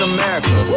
America